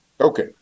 Okay